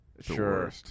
Sure